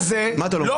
מה אתה לא מקבל?